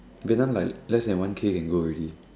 Vietnam like less than one kay can go already